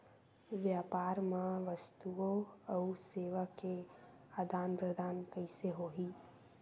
व्यापार मा वस्तुओ अउ सेवा के आदान प्रदान कइसे होही?